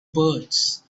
birds